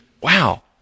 wow